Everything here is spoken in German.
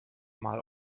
mal